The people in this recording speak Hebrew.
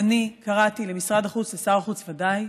אני קראתי למשרד החוץ, לשר החוץ ודאי,